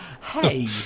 Hey